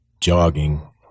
jogging